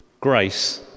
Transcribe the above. Grace